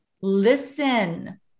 listen